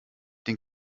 den